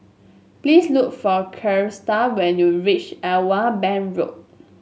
please look for Christa when you reach Irwell Bank Road